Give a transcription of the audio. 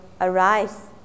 arise